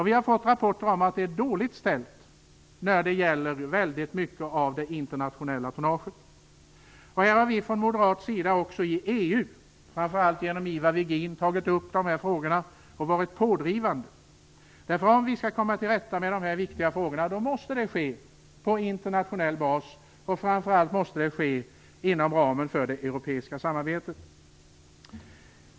Vi har fått rapporter om att det är dåligt ställt med en stor del av det internationella tonnaget. Vi har från moderat sida också i EU - framför allt genom Ivar Virgin - tagit upp de här frågorna och varit pådrivande. Om vi skall komma till rätta med de här viktiga frågorna måste det ske på internationell basis, och framför allt måste det ske inom ramen för det europeiska samarbetet.